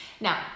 Now